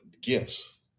gifts